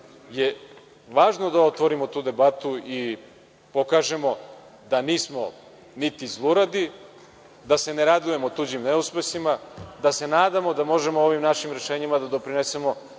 je važno da otvorimo tu debatu i pokažemo da nismo niti zluradi, da se ne radujemo tuđim neuspesima, da se nadamo da možemo ovim našim rešenjima da doprinesemo